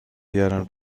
بیارم